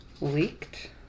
leaked